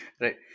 Right